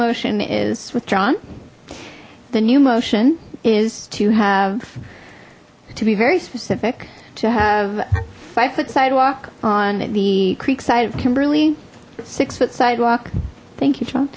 motion is withdrawn the new motion is to have to be very specific to have five foot sidewalk on the creek side of kimberly six foot sidewalk thank